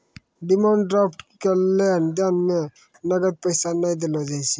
demand draft के लेन देन मे नगद पैसा नै देलो जाय छै